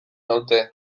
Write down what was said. naute